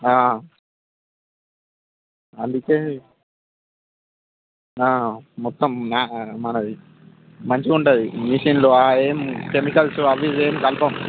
అందుకే మొత్తం మ మనది మంచిగుంటుంది మిషన్లు ఏం కెమికల్స్ అవి ఏం కలపము